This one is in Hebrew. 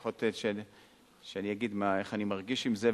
לפחות שאני אגיד איך אני מרגיש עם זה,